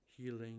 healing